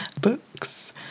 books